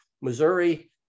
Missouri